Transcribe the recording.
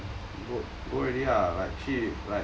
go go already ah like 去 like